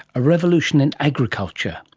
a revolution in agriculture.